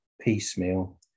piecemeal